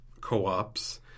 co-ops